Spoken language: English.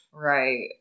Right